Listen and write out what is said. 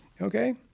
Okay